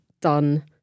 done